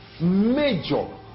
major